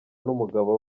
n’umugabo